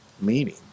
meaning